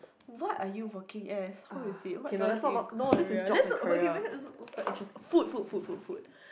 what are you working as how is it what drives you in career let's look okay let's look for interest food food food food food